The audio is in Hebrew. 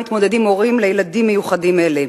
שעמם מתמודדים הורים לילדים מיוחדים אלה.